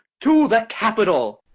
to the capitol!